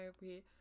we-